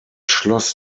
schloss